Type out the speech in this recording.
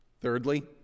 Thirdly